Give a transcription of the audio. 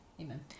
Amen